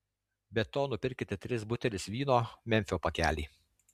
be to nupirkite tris butelius vyno memfio pakelį